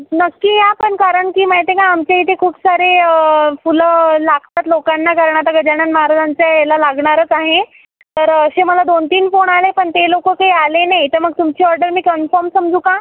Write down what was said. नक्की या पण कारण की माहिती आहे का आमच्या इथे खूप सारे फुलं लागतात लोकांना कारण आता गजानन महाराजांच्या याला लागणारंच आहे तर असे मला दोन तीन फोण आले पण ते लोक काही आले नाही तर मग तुमची ऑर्डर मी कन्फम समजू का